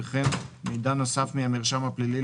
וכן מידע נוסף מהמרשם הפלילי,